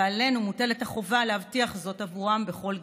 ועלינו מוטלת החובה להבטיח זאת עבורם בכל גיל,